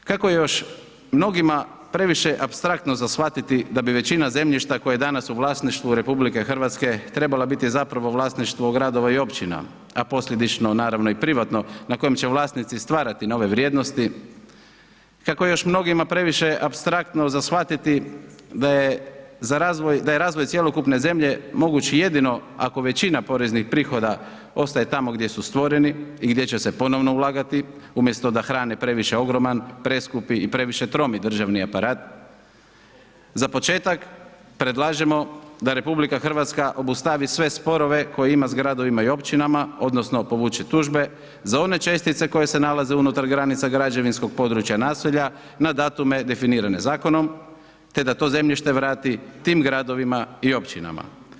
Kako je još mnogima previše apstraktno za shvatiti da bi većina zemljišta koje je danas u vlasništvu RH trebala biti zapravo vlasništvo gradova i općina, a posljedično naravno i privatno na kojem će vlasnici stvarati nove vrijednosti, kako je još mnogima previše apstraktno za shvatiti da je za razvoj, da je razvoj cjelokupne zemlje moguć i jedino ako većina poreznih prihoda ostaje tamo gdje su stvoreni i gdje će se ponovno ulagati umjesto da hrane previše ogroman, preskupi i previše tromi državni aparat, za početak predlažemo da RH obustavi sve sporove koje ima s gradovima i općinama odnosno povuče tužbe za one čestice koje se nalaze unutar granica građevinskog područja naselja na datume definirane zakonom, te da to zemljište vrati tim gradovima i općinama.